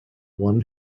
one